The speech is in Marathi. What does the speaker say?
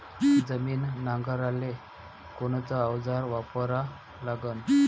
जमीन नांगराले कोनचं अवजार वापरा लागन?